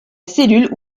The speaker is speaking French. cellule